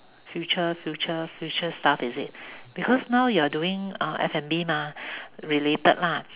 future future future stuff is it because now you're doing uh F_N_B mah related lah